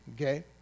okay